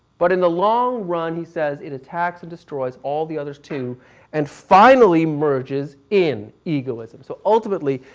but in the long run he says it attacks and destroys all the others too and finally merges in egoism. so ultimately,